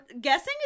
Guessing